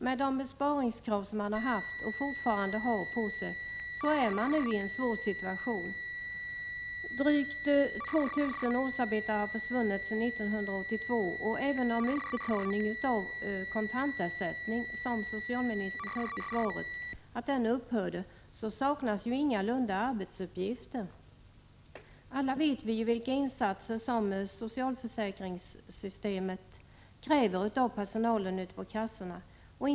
Med de besparingskrav som man har haft och fortfarande har på sig är man i en svår situation. Drygt 2 000 årsarbeten har försvunnit sedan 1982. Även om utbetalningen av kontantersättningar upphört, som socialministern nämner i sitt svar, saknas ingalunda arbetsuppgifter. Alla vet vi vilka insatser som socialförsäkringssystemet kräver av personalen ute i försäkringskassorna.